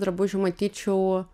drabužių matyčiau